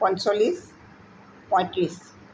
পঞ্চল্লিছ পঁয়ত্ৰিছ